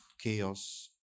chaos